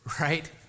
right